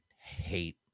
hate